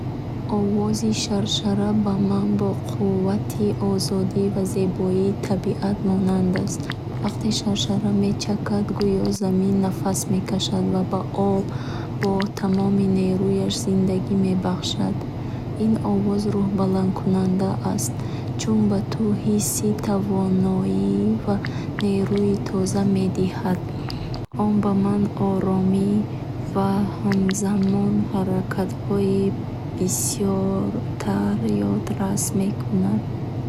Овози шаршара ба ман бо қувват, озодӣ ва зебоии табиат монанд аст. Вақте шаршара мечакад, гӯё замин нафас мекашад ва об бо тамоми нерӯяш зиндагӣ мебахшад. Ин овоз рӯҳбаландкунанда аст, чун ба ту ҳисси тавоноӣ ва нерӯи тоза медиҳад. Он ба ман оромӣ ва ҳамзамон ҳаракати беисемекунад.